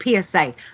PSA